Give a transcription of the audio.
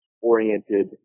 oriented